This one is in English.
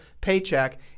paycheck